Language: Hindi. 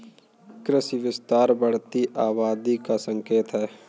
कृषि विस्तार बढ़ती आबादी का संकेत हैं